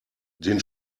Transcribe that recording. den